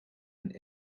een